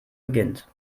beginnt